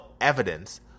evidence